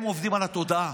הם עובדים על התודעה,